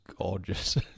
gorgeous